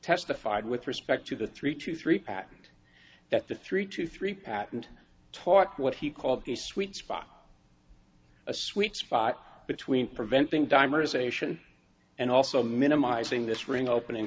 testified with respect to the three two three patent that the three to three patent taught what he called the sweet spot a sweet spot between preventing timers ation and also minimizing this ring opening